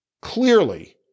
Clearly